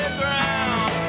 ground